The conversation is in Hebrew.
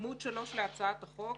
לעמוד 3 להצעת החוק,